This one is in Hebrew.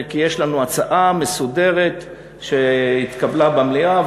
כי יש לנו הצעה מסודרת שהתקבלה במליאה,